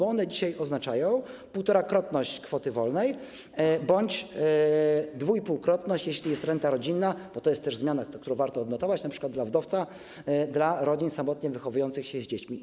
One dzisiaj oznaczają półtorakrotność kwoty wolnej bądź dwuipółkrotność, jeśli jest renta rodzinna, bo to jest też zmiana, którą warto odnotować, np. dla wdowca, dla rodzin samotnie wychowujących dzieci.